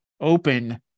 Open